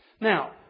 Now